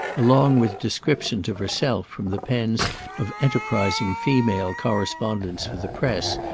along with descriptions of herself from the pens of enterprising female correspondents for the press,